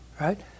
right